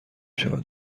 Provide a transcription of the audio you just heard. شود